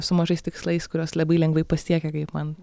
su mažais tikslais kuriuos labai lengvai pasiekia kaip man